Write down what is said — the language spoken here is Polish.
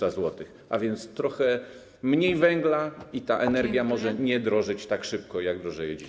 A więc trochę mniej węgla i ta energia może nie drożeć tak szybko, jak drożeje dziś.